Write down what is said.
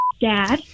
dad